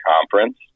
conference